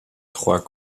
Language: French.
trois